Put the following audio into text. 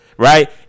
right